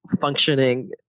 functioning